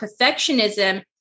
perfectionism